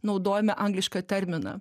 naudojame anglišką terminą